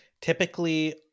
typically